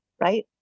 right